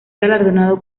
galardonado